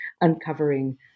uncovering